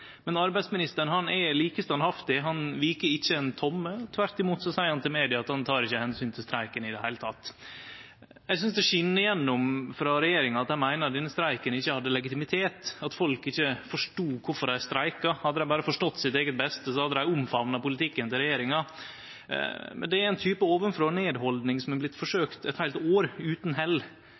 men arbeidsministeren er like standhaftig, han vik ikkje ein tomme. Tvert imot seier han til media at han tek ikkje omsyn til streiken i det heile. Eg synest det skin igjennom i regjeringa at dei meiner denne streiken ikkje hadde legitimitet, at folk ikkje forstod kvifor dei streika – hadde dei berre forstått sitt eige beste, hadde dei omfamna politikken til regjeringa. Det er ein type ovanfrå-og-ned-haldning som har vore forsøkt eit heilt år utan hell.